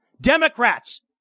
Democrats